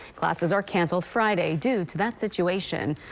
classes are canceled friday due to that situation.